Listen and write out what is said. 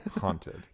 haunted